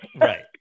Right